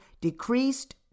decreased